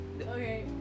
Okay